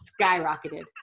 skyrocketed